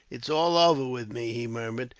it is all over with me, he murmured.